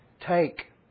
Take